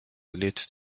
relates